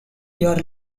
your